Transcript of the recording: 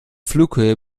flughöhe